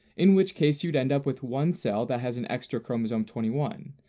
in which case you'd end up with one cell that has an extra chromosome twenty one,